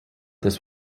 this